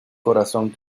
corazón